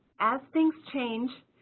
as things change,